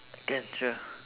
can sure